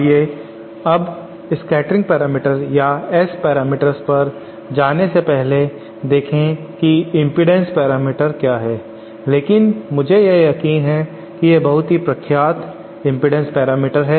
आइए अब scattering parameters या S पैरामीटर्स पर जाने से पहले देखें की इम्पीडेन्स पैरामीटर क्या है इसलिए मुझे यकीन है कि यह बहुत ही प्रख्यात इम्पीडेन्स पैरामीटर है